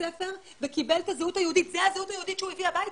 הספר וקיבל את הזהות היהודית זו הזהות היהודית שהוא הביא הביתה,